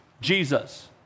Jesus